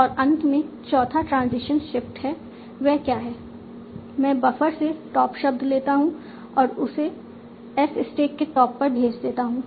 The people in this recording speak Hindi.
और अंत में चौथा ट्रांजिशन शिफ्ट है वह क्या है मैं बफर से टॉप शब्द लेता हूं और इसे S स्टैक के टॉप पर भेज देता हूं